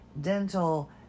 dental